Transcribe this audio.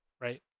right